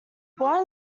warren